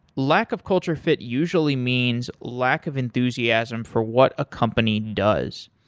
lack of culture fit usually means lack of enthusiasm for what a company does.